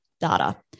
data